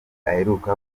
aheruka